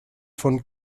von